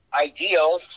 ideal